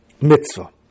mitzvah